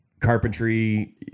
carpentry